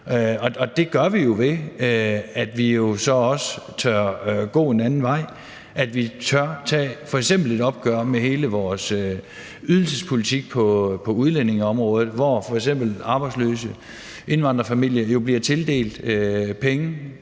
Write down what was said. Det gør vi jo ved, at vi så også tør gå en anden vej, at vi tør tage et opgør med f.eks. hele vores ydelsespolitik på udlændingeområdet, hvor f.eks. arbejdsløse indvandrerfamilier jo bliver tildelt penge,